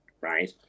right